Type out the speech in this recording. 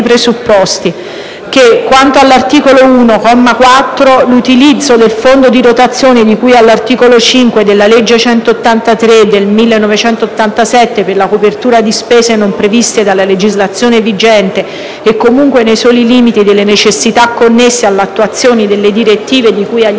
presupposti: - che, quanto all'articolo 1, comma 4, l'utilizzo del Fondo di rotazione di cui all'articolo 5 della legge n. 183 del 1987 per la copertura di spese non previste dalla legislazione vigente, e comunque nei soli limiti delle necessità connesse all'attuazione delle direttive di cui agli